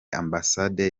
ambasade